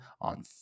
on